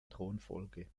thronfolge